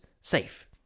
safe